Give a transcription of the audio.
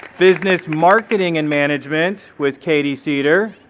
business marketing and management with katie seder.